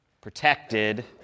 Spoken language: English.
protected